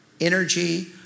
energy